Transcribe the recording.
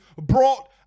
brought